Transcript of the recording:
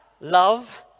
love